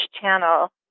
Channel